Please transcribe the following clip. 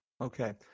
Okay